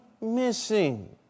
missing